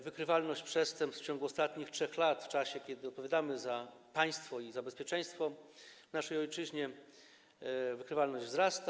Wykrywalność przestępstw w ciągu ostatnich 3 lat, w czasie kiedy odpowiadamy za państwo i za bezpieczeństwo w naszej ojczyźnie, wzrasta.